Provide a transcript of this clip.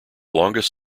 longest